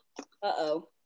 Uh-oh